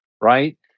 right